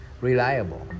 Reliable